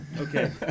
okay